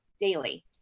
daily